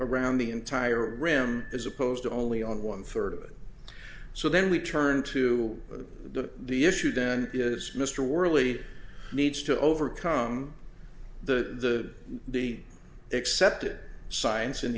around the entire room as opposed to only on one third of it so then we turned to the the issue then is mr worley needs to overcome the be accepted science in